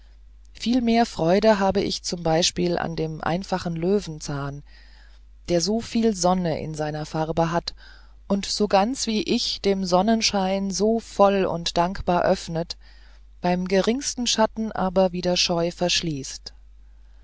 mehr freude habe ich z b an dem einfachen löwenzahn der so viel sonne in seiner farbe hat und so ganz wie ich dem sonnenschein sich voll und dankbar öffnet beim geringsten schatten aber wieder scheu verschließt